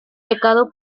becado